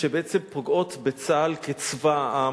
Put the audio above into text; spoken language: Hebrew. שבעצם פוגעות בצה"ל כצבא העם,